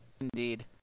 Indeed